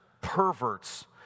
perverts